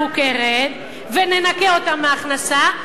אם נכיר בריבית כהוצאה מוכרת וננכה אותה ממס ההכנסה,